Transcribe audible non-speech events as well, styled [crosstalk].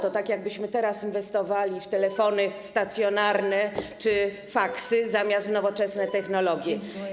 To tak, jakbyśmy teraz inwestowali [noise] w telefony stacjonarne czy faksy, zamiast w nowoczesne technologie.